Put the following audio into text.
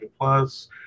plus